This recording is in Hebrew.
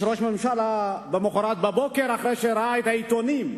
יש ראש ממשלה למחרת בבוקר, אחרי שראה את העיתונים,